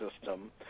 system